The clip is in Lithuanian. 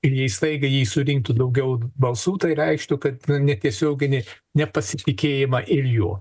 ir jei staigia ji surinktų daugiau balsų tai reikštų kad netiesioginį nepasitikėjimą ir juo